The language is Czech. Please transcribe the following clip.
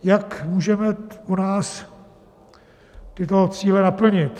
Jak můžeme u nás tyto cíle naplnit?